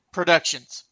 Productions